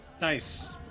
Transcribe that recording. Nice